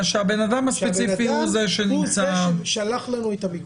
שהבן-אדם הוא זה ששלח לנו את המיקום.